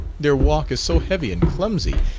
their walk is so heavy and clumsy,